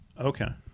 Okay